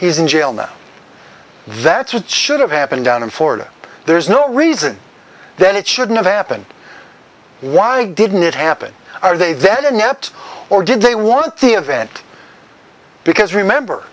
he's in jail now that's what should have happened down in florida there's no reason then it shouldn't have happened why didn't it happen are they that inept or did they want the event because remember